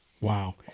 Wow